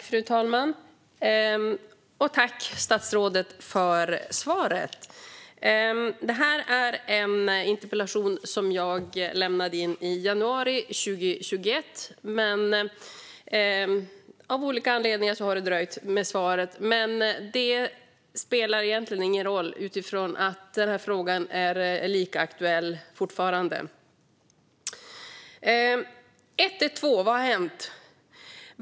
Fru talman! Jag tackar statsrådet för svaret. Det här är en interpellation som jag lämnade in i januari 2021, men av olika anledningar har svaret dröjt. Men det spelar egentligen ingen roll med tanke på att frågan fortfarande är lika aktuell. 112! Vad har hänt?